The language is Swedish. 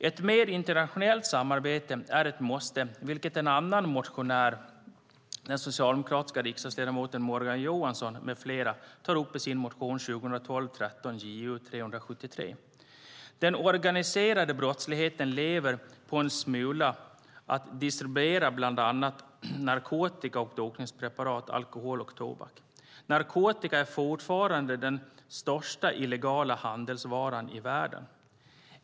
Ett mer internationellt samarbete är ett måste, vilket den socialdemokratiska riksdagsledamoten Morgan Johansson med flera tar upp i motion 2012/13:Ju373. Den organiserade brottsligheten lever på att distribuera bland annat narkotika och dopningspreparat, alkohol och tobak. Narkotika är fortfarande den största illegala handelsvaran i världen.